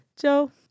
Joe